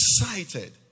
excited